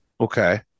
Okay